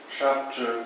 chapter